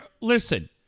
Listen